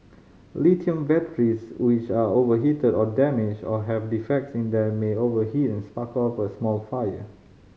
lithium batteries which are overheated or damaged or have defects in them may overheat and spark off a small fire